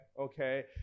Okay